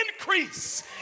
increase